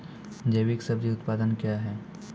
जैविक सब्जी उत्पादन क्या हैं?